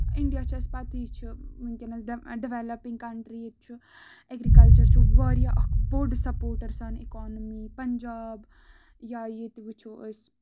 India چھُ اَسہِ پَتہٕ یہِ چھُ وٕنکیٚنَس ڈیوَلَپَنگ کَنٹری چھُ اٮ۪گرِکَلچر چھُ واریاہ اکھ بوٚڈ سَپوٹر سانہِ اِکونمی پَنجاب یا ییٚتہِ وٕچھو أسۍ